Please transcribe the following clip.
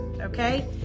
okay